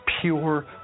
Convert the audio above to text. pure